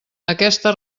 aquesta